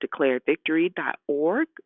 declarevictory.org